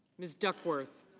ms. duckworth.